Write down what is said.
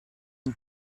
une